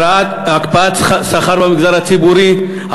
הקפאת שכר במגזר הציבורי,